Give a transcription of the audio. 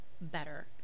better